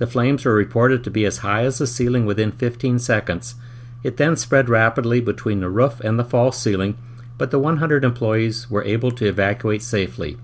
the flames were reported to be as high as the ceiling within fifteen seconds it then spread rapidly between the rough in the fall ceiling but the one hundred employees were able to evacuate safely